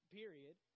period